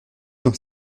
dans